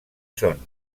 son